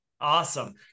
Awesome